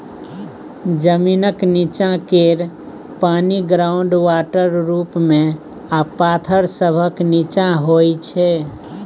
जमीनक नींच्चाँ केर पानि ग्राउंड वाटर रुप मे आ पाथर सभक नींच्चाँ होइ छै